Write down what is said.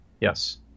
Yes